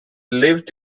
lived